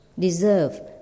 deserve